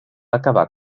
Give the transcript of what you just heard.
acabar